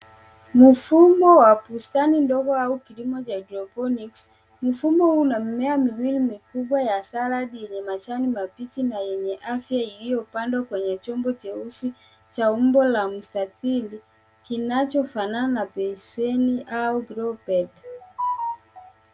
Mfumo wa bustani ndogo au kilimo cha hydroponics .Mfumo huu una mimea miwili, mifuko ya salad yenye majani mabichi na yenye afya iliyopandwa kwenye chombo cheusi cha umbo la mstatili kinachofanana na beseni au bluebed .